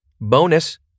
Bonus